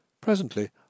Presently